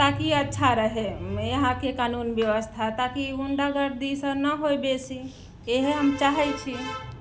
ताकि अच्छा रहय यहाँके कानून व्यवस्था ताकि गुंडागर्दीसभ ना होय बेसी इएह हम चाहैत छियै